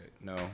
No